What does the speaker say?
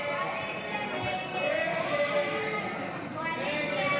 ההסתייגויות לסעיף 89